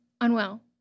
unwell